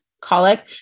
colic